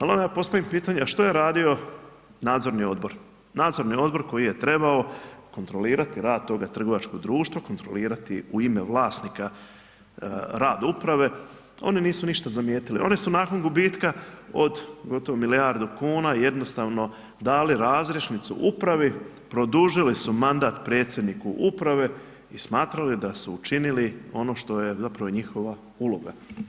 Al onda ja postavim pitanje, a što je radio nadzorni odbor, nadzorni odbor koji je trebao kontrolirati rad tog trgovačkog društva, kontrolirati u ime vlasnika rad uprave, oni nisu ništa zamijetili, oni su nakon gubitka od gotovo milijardu kuna jednostavno dali razrješnicu upravu, produžili su mandat predsjedniku prave i smatrali da su učinili ono što je zapravo njihova uloga.